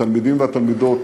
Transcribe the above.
התלמידים והתלמידות